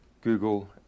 Google